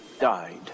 died